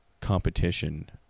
competition